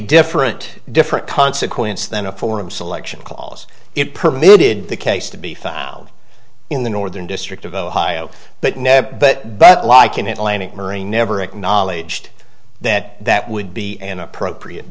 different different consequence then a form selection clause it permitted the case to be filed in the northern district of ohio but no but back like in atlantic murray never acknowledged that that would be an appropriate